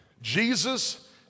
Jesus